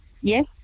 yes